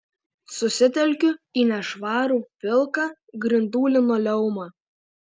susitelkiu į nešvarų pilką grindų linoleumą